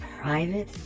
private